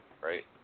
Right